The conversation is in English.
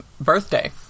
birthday